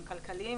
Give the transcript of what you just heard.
הם כלכליים,